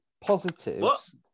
positives